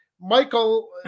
Michael